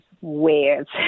weird